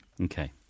Okay